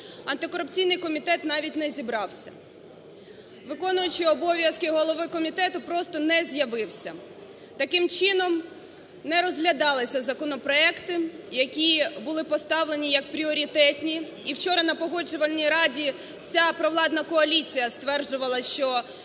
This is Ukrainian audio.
антикорупційний комітет навіть не зібрався. Виконуючий обов'язки голови комітету просто не з'явився, таким чином не розглядалися законопроекти, які були поставлені як пріоритетні. І вчора на Погоджувальній раді вся провладна коаліція стверджувала, що,